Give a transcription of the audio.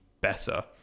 better